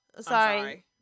Sorry